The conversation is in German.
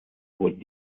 wurden